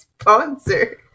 sponsor